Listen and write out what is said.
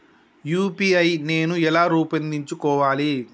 UPI నేను ఎలా రూపొందించుకోవాలి?